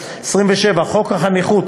27. חוק החניכות,